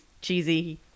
cheesy